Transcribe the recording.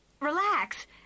Relax